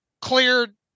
cleared